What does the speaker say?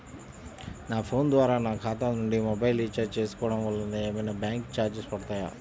నా ఫోన్ ద్వారా నా ఖాతా నుండి మొబైల్ రీఛార్జ్ చేసుకోవటం వలన ఏమైనా బ్యాంకు చార్జెస్ పడతాయా?